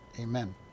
Amen